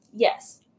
Yes